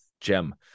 gem